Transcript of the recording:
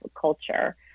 culture